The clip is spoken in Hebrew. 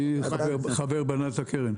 אני חבר בהנהלת הקרן.